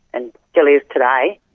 and still is today,